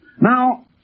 Now